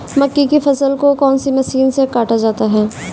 मक्के की फसल को कौन सी मशीन से काटा जाता है?